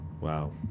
Wow